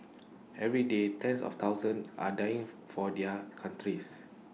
every day tens of thousands are dying for for their countries